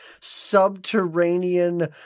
subterranean